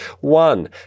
One